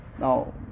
now